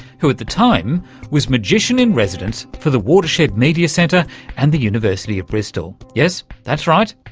who at the time was magician in residence for the watershed media centre and the university of bristol. yes, that's right,